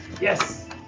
Yes